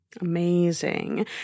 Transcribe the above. Amazing